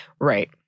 Right